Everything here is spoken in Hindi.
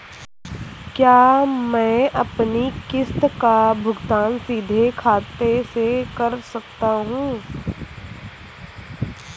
क्या मैं अपनी किश्त का भुगतान सीधे अपने खाते से कर सकता हूँ?